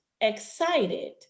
Excited